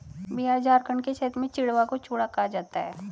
बिहार झारखंड के क्षेत्र में चिड़वा को चूड़ा कहा जाता है